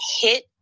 hit